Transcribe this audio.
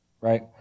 right